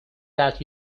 that